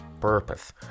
purpose